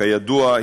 כידוע,